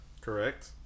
Correct